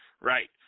Right